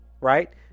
Right